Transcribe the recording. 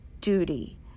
duty